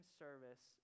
service